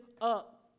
up